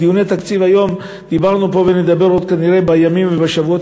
בדיוני התקציב היום דיברנו פה ונדבר עוד כנראה בימים ובשבועות